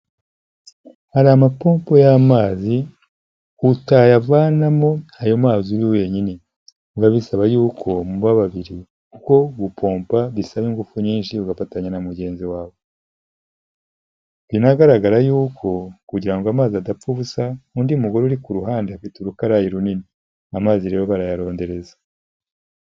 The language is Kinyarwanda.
Hari amapopo y'amazi, utayavanamo ayo mazi uri wenyine, biba bisaba y'uko muba babiri kuko gupomba bisaba ingufu nyinshi ugafatanya na mugenzi wawe, binagaragara y'uko kugira ngo amazi adapfa ubusa, undi mugore uri ku ruhande afite urukarayi runini, amazi rero barayarondereza.